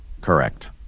Correct